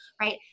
right